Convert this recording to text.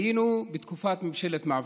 היינו בתקופת ממשלת מעבר,